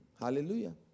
Hallelujah